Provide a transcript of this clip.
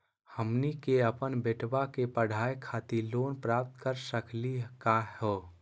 हमनी के अपन बेटवा क पढावे खातिर लोन प्राप्त कर सकली का हो?